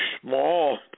small